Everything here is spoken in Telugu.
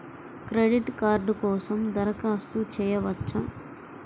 క్రెడిట్ కార్డ్ కోసం దరఖాస్తు చేయవచ్చా?